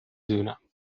دونم